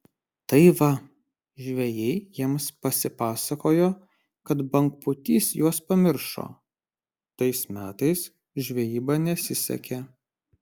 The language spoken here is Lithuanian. tai va žvejai jiems pasipasakojo kad bangpūtys juos pamiršo tais metais žvejyba nesisekė